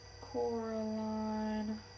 Coraline